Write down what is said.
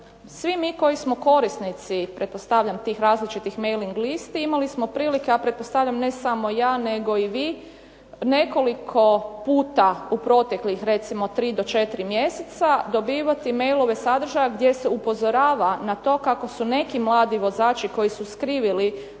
svi mi koji smo korisnici pretpostavljam tih različitih mailing listi, a imali smo prilike a pretpostavljam ne samo ja nego i vi nekoliko puta u proteklih recimo tri do četiri mjeseca dobivati mailove sadržaja gdje se upozorava na to kako su neki mladi vozači koji su skrivili